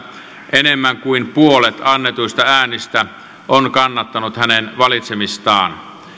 enemmän kuin puolet annetuista äänistä on kannattanut hänen valitsemistaan